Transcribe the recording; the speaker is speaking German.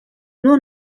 nur